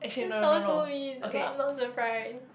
that sounds so mean but I'm not surprised